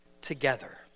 together